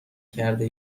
کرده